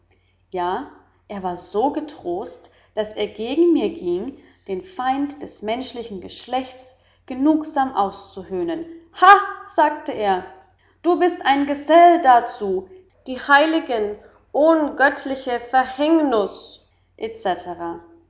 ja er war so getrost daß er gegen mir gieng den feind des menschlichen geschlechts genugsam auszuhöhnen ha sagte er du bist ein gesell darzu die heiligen ohn göttliche